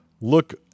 Look